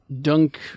dunk